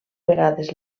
vegades